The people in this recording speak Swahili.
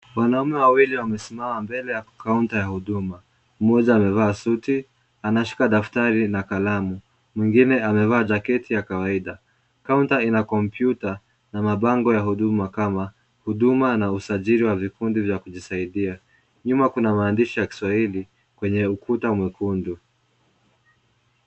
Wanaume wawili wamesimama mbele ya kaunta ya huduma. Mmoja amevaa suti, anashika daftari na kalamu. Mwingine amevaa jaketi ya kawaida. Kaunta ina kompyuta na mabango ya huduma kama huduma na usajili wa vikundi vya kujisaidia. Nyuma kuna maandishi ya Kiswahili kwenye ukuta mwekundu.